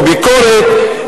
או ביקורת,